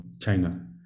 China